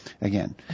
again